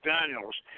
Daniels